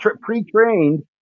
pre-trained